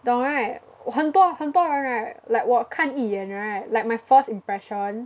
你懂 right 很多很多人 right like 我看一眼 right like my first impression